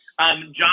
John